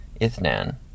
Ithnan